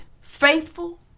faithful